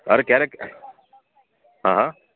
અરે ક્યારેક હા હા